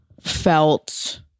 felt